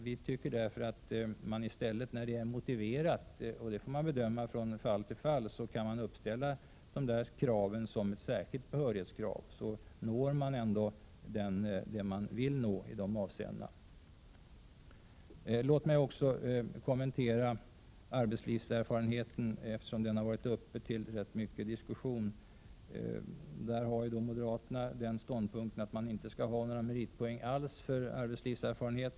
Vi tycker därför att man i stället när det är motiverat — vilket får bedömas från fall till fall — kan uppställa dessa krav som särskilda behörighetsvillkor. Låt mig också kommentera arbetslivserfarenheten, eftersom den har varit upp till rätt mycken diskussion. Där har ju moderaterna den ståndpunkten att man inte skall ha några meritpoäng alls för arbetslivserfarenhet.